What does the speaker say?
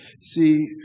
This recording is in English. See